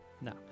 No